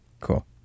Cool